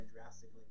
drastically